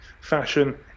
fashion